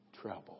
trouble